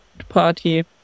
Party